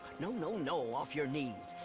no no no, off your knees.